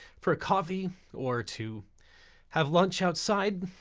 for a coffee or to have lunch outside,